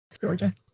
Georgia